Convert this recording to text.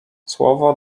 słowo